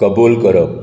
कबूल करप